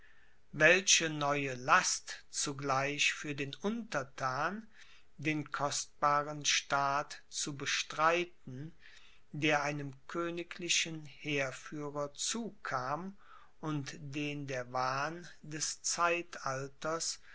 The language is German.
welche neue last zugleich für den unterthan den kostbaren staat zu bestreiten der einem königlichen heerführer zukam und den der wahn des zeitalters